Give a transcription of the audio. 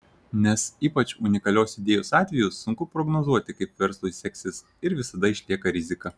nes ypač unikalios idėjos atveju sunku prognozuoti kaip verslui seksis ir visada išlieka rizika